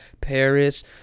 Paris